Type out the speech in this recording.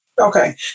Okay